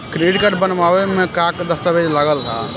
Credit card बनवावे म का का दस्तावेज लगा ता?